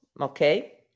Okay